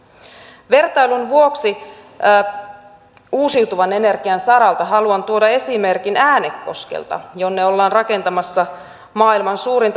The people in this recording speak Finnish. vertailun vuoksi uusiutuvan energian saralta haluan tuoda esimerkin äänekoskelta jonne ollaan rakentamassa maailman suurinta biotuotelaitosta